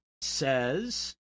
says